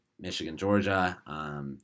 Michigan-Georgia